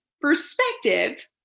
perspective